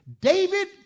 David